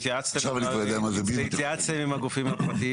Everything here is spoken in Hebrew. עכשיו אני כבר יודע מה זה BIM. והתייעצתם עם הגופים הפרטיים?